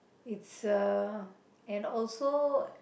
it's a and also